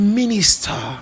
minister